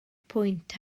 pwynt